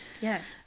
yes